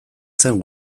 zen